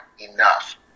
enough